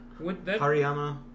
Hariyama